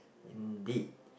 indeed